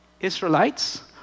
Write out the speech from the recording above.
Israelites